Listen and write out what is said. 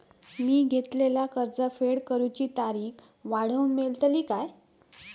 मी घेतलाला कर्ज फेड करूची तारिक वाढवन मेलतली काय?